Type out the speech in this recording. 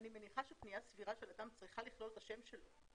אני מניחה שפניה סבירה של אדם צריכה לכלול את השם שלו,